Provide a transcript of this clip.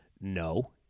No